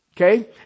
Okay